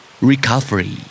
Recovery